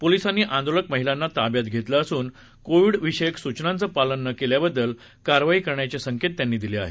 पोलिसांनी आंदोलक महिलांना ताब्यात घेतलं असून कोविड विषयक सूचनांचं पालन न केल्याबद्दल कारवाई करण्याचे संकेत दिले आहेत